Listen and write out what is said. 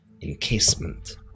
encasement